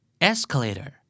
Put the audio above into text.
Escalator